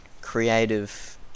creative